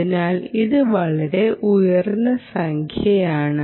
അതിനാൽ ഇത് വളരെ ഉയർന്ന സംഖ്യയാണ്